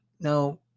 Now